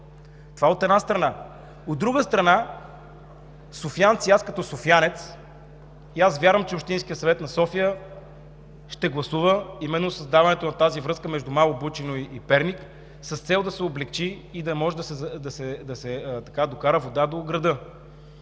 Това, от една страна. От друга страна, софиянци и аз като софиянец вярвам, че Общинският съвет на София ще гласува именно с даването на тази връзка между Мало Бучино и Перник да се облекчи и да се докара вода до града.